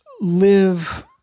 live